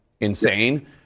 insane